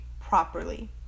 properly